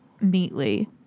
neatly